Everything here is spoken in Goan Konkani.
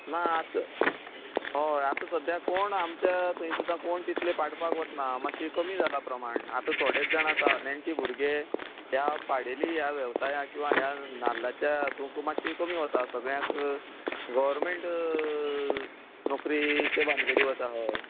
ना आत होय आत सद्या कोण आमच्या थंय सुद्दां कोण तितले पाडपाक वचना मातशें कमी जालां प्रमाण आतां थोडेच जाण आसा नेण्टे भुरगे त्या पाडेली ह्या व्यवसायाक किंवां ह्या नाल्लाच्या हातूंक मातशीं कमी वता सगल्यांक गव्हरमॅट नोकरीचे भानगडीक वता हय